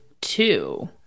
two